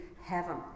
heaven